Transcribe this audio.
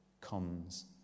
comes